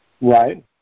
right